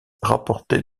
rapportée